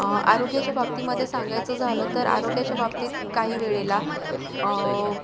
आरोग्याच्या बाबतीमध्ये सांगायचं झालं तर आरोग्याच्या बाबतीत काही वेळेला